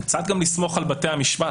בכל זאת קצת גם לסמוך על בתי המשפט.